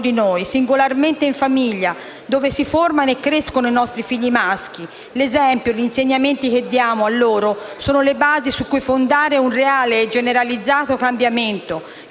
di noi, singolarmente e in famiglia, dove si formano e crescono i nostri figli maschi. L'esempio e gli insegnamenti che diamo a loro sono le basi su cui fondare un reale e generalizzato cambiamento,